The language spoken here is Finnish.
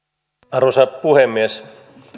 arvoisa puhemies